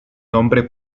nombre